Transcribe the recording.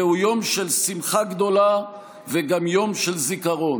זהו יום של שמחה גדולה, וגם יום של זיכרון.